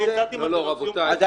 אני יצרתי מנגנון סיום כהונה.